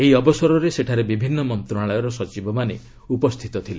ଏହି ଅବସରରେ ସେଠାରେ ବିଭିନ୍ନ ମନ୍ତ୍ରଣାଳୟର ସଚିବମାନେ ଉପସ୍ଥିତ ଥିଲେ